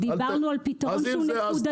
דיברנו על פתרון שהוא נקודתי.